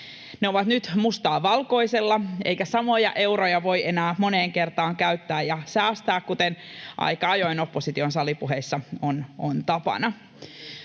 Ne ovat nyt mustaa valkoisella, eikä samoja euroja voi enää moneen kertaan käyttää ja säästää, kuten aika ajoin opposition salipuheissa on tapana.